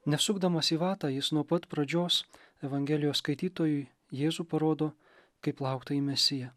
nesukdamas į vatą jis nuo pat pradžios evangelijos skaitytojui jėzų parodo kaip lauktąjį mesiją